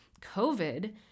COVID